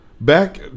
Back